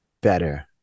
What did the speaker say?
better